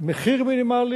מחיר מינימלי,